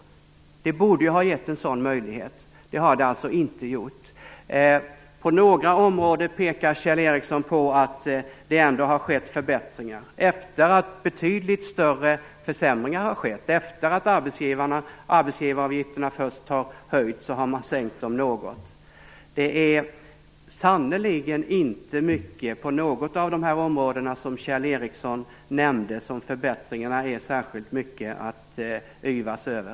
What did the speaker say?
Det borde ha gett en sådan möjlighet. Det har det alltså inte gjort. På några områden pekar Kjell Ericsson på att det ändå skett förbättringar - efter det att betydligt större försämringar har skett, efter det att arbetsgivaravgifterna först har höjts har man nu sänkt dem något. Det är sannerligen inte mycket på något av de områden som Kjell Ericsson nämnde som förbättringarna är särskilt mycket att yvas över.